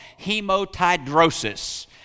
hemotidrosis